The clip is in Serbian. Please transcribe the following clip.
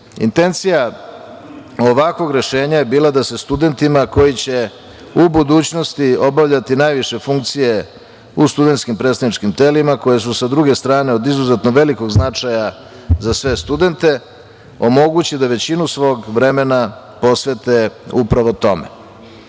funkcije. Intencija ovakvog rešenja je bila da se studentima koji će u budućnosti obavljati najviše funkcije u studentskim predstavničkim telima koja su sa druge strane od izuzetno velikog značaja za sve studente omogućeno da većinu svog vremena posvete upravo